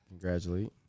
Congratulate